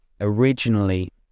originally